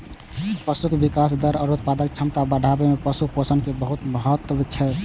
पशुक विकास दर आ उत्पादक क्षमता बढ़ाबै मे पशु पोषण के बहुत महत्व छै